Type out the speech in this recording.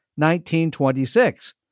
1926